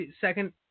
second